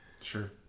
sure